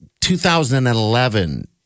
2011